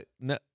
No